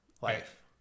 life